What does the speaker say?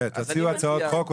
כן, תציעו הצעות חוק.